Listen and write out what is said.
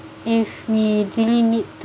if we really need